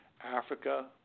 Africa